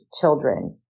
children